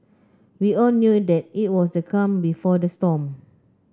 we all knew that it was the calm before the storm